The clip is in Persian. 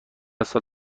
سال